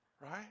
right